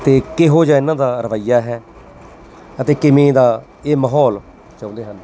ਅਤੇ ਕਿਹੋ ਜਿਹਾ ਇਹਨਾਂ ਦਾ ਰਵੱਈਆ ਹੈ ਅਤੇ ਕਿਵੇਂ ਦਾ ਇਹ ਮਾਹੌਲ ਚਾਹੁੰਦੇ ਹਨ